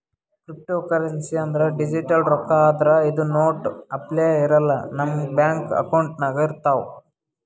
cryptocurrency ಅಂದ್ರ digital ರೊಕ್ಕಾ ಆದ್ರ್ ಇದು ನೋಟ್ ಅಪ್ಲೆ ಇರಲ್ಲ ನಮ್ ಬ್ಯಾಂಕ್ ಅಕೌಂಟ್ನಾಗ್ ಇರ್ತವ್